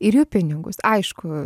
ir jų pinigus aišku